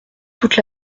toute